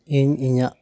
ᱤᱧ ᱤᱧᱟᱹᱜ